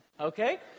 Okay